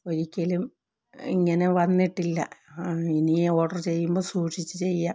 ഒരിക്കലും ഇങ്ങനെ വന്നിട്ടില്ല ഇനി ഓഡർ ചെയ്യുമ്പോൾ സൂക്ഷിച്ച് ചെയ്യാം